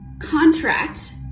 contract